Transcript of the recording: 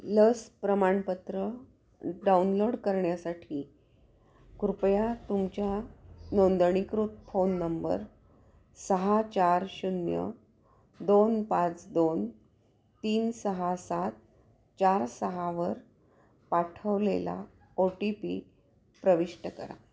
लस प्रमाणपत्र डाउनलोड करण्यासाठी कृपया तुमच्या नोंदणीकृत फोन नंबर सहा चार शून्य दोन पाच दोन तीन सहा सात चार सहावर पाठवलेला ओ टी पी प्रविष्ट करा